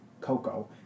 cocoa